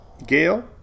Gail